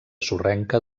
sorrenca